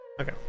Okay